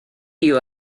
you